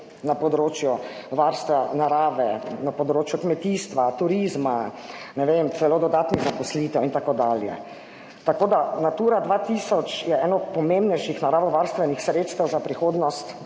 na področju varstva narave, na področju kmetijstva, turizma, ne vem, celo dodatnih zaposlitev in tako dalje. Tako da Natura 2000 je eno pomembnejših naravovarstvenih sredstev za prihodnost